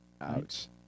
Ouch